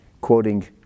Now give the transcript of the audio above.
quoting